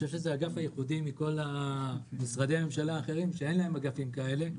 זה אגף ייחודי לעומת כל משרדי הממשלה האחרים שאין להם אגפים כאלה.